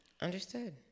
Understood